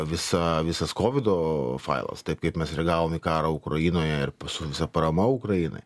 visą visas kovido failas taip kaip mes reagavom į karą ukrainoje ir p su visa parama ukrainai